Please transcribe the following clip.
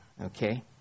Okay